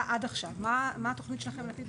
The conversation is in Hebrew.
עד עכשיו כי מה התכנית שלכם לעתיד,